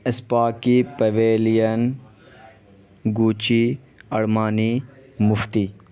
اسپاکی pavilion Gucci Armani Mufti